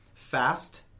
Fast